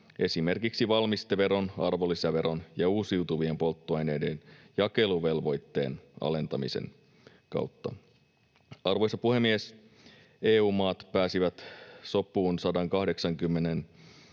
esimerkiksi valmisteveron, arvonlisäveron ja uusiutuvien polttoaineiden jakeluvelvoitteen alentamisen kautta. Arvoisa puhemies! EU-maat pääsivät sopuun 180